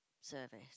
service